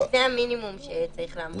זה המינימום שצריך לעמוד בו.